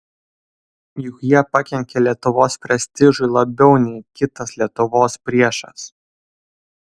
juk jie pakenkė lietuvos prestižui labiau nei kitas lietuvos priešas